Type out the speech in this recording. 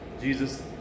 Jesus